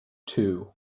two